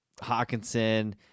Hawkinson